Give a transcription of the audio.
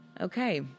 okay